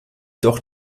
doch